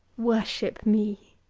worship me!